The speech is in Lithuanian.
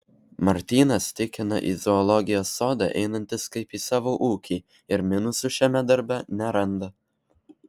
martynas tikina į zoologijos sodą einantis kaip į savo ūkį ir minusų šiame darbe neranda